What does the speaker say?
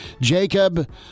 Jacob